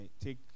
take